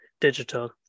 digital